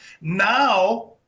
Now